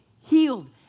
healed